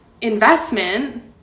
investment